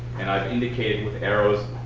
and i've indicated with arrows